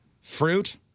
fruit